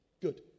Good